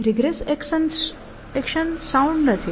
regress action sound નથી